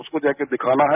उसको जाके दिखाना है